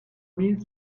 mille